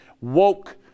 woke